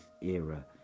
era